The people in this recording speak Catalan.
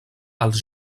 als